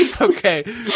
okay